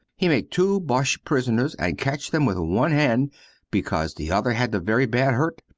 he make two boches prisoners and catch them with one hand because the other had the very bad hurt.